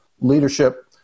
leadership